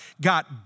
got